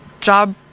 job